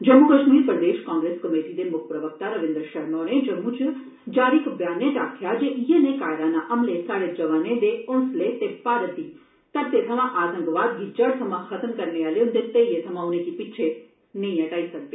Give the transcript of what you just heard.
जम्मू कश्मीर प्रदेश Congress Committee दे मुक्ख प्रवक्ता रविन्दर शर्मा होरें जम्मू च जारी इक ब्यानै च आक्खेआ जे इयै नेह कायराना हमलें साढ़े जोआने दे हौंसले ते भारत दी घरतै थमां आतंकवाद गी जड़ थमां खत्म करने आले उनै धरयै थमां उनेंगी पिच्छे नेईं हटाई सकदे